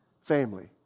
family